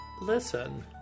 listen